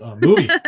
Movie